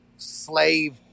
slave